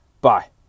Bye